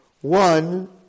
One